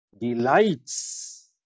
delights